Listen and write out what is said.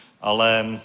ale